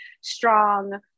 strong